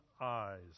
eyes